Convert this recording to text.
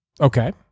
Okay